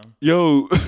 Yo